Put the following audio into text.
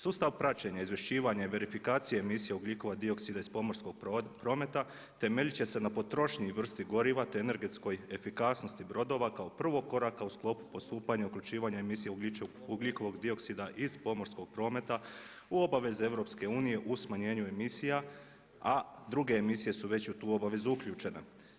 Sustav praćenja, izvješćivanja i verifikacije emisija ugljikova dioksida iz pomorsko prometa temeljit će se na potrošnji i vrsti goriva, te energetskoj efikasnosti brodova kao prvog koraka u sklopu postupanja uključivanja emisije ugljikovog dioksida iz pomorskog prometa u obveze EU u smanjenju emisija, a druge emisije su već u tu obavezu uključene.